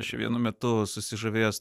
aš vienu metu esu susižavėjęs